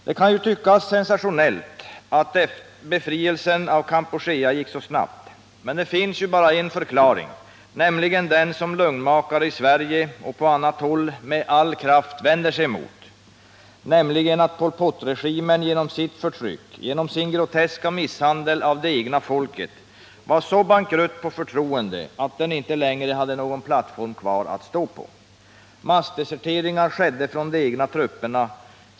Det kan ju tyckas sensationellt att befrielsen av Kampuchea gick så snabbt, men det finns bara en förklaring, nämligen den som lögnmakare i Sverige och på annat håll med all kraft vänder sig emot: att Pol Pot-regimen genom sitt förtryck, genom sin groteska misshandel av det egna folket, var så bankrutt på förtroende att den inte längre hade någon plattform kvar att stå på. Massdeserteringar gjordes från de egna trupperna.